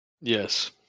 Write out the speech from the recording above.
Yes